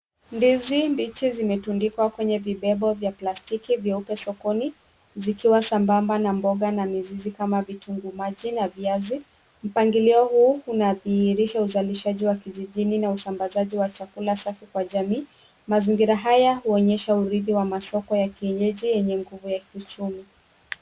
Ndizi mbichi zimetundikwa kwenye vibebo vya plastiki vyeupe sokoni, zikiwa na sambamba na mboga na mizizi kama vitungu maji na viazi, mpangilio huu unadhihirisha uzalishaji wa kijijini na usambazaji wa chakula safi kwa jamii, mazingira haya huonyesha urithi wa masoko ya kienyeji yenye nguvu ya kiuchumi.